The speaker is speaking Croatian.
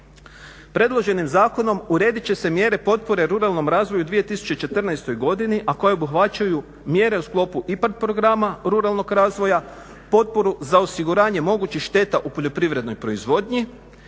Predloženim zakonom uredit će se mjere potpore ruralnom razvoju u 2014. godini, a koje obuhvaćaju mjere u sklopu IPARD programa ruralnog razvoja, potporu za osiguranje mogućih šteta u poljoprivrednoj proizvodnji,